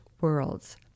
worlds